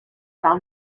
par